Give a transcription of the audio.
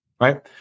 right